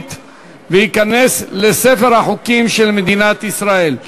55 בעד, אין מתנגדים, אין נמנעים.